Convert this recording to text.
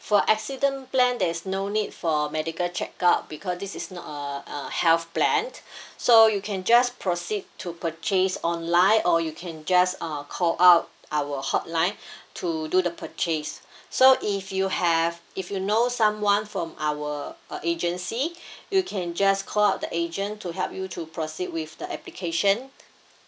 for accident plan there is no need for medical check up because this is not a uh health plan so you can just proceed to purchase online or you can just uh call up our hotline to do the purchase so if you have if you know someone from our uh agency you can just call up the agent to help you to proceed with the application